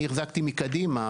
אני החזקתי מקדימה,